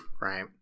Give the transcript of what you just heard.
Right